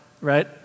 right